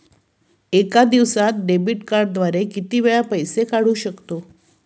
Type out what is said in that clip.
एका दिवसांत डेबिट कार्डद्वारे किती वेळा पैसे काढू शकतो?